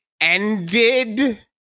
ended